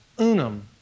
unum